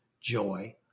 joy